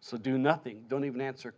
so do nothing don't even answer